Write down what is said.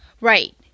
Right